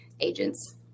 agents